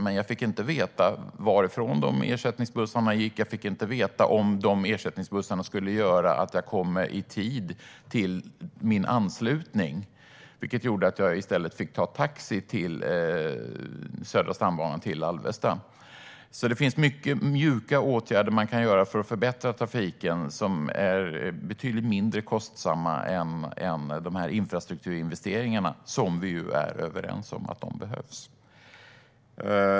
Men jag fick inte veta varifrån de ersättningsbussarna gick och om de ersättningsbussarna skulle göra att jag kom i tid till min anslutning, vilket gjorde att jag i stället fick ta taxi till Södra stambanan och Alvesta. Det finns många mjuka åtgärder som man kan vidta för att förbättra trafiken som är betydligt mindre kostsamma än infrastrukturinvesteringarna som vi är överens om behövs.